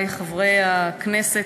חברי חברי הכנסת,